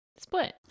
Split